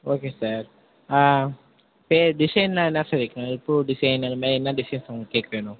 okay sir ஆ பேர் டிசைன்லாம் என்ன சார் வைக்கணும் பூ டிசைன் அந்தமாதிரி எந்த டிசைன்ஸ் உங்களுக்கு கேக் வேணும்